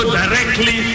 directly